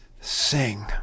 sing